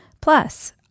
Plus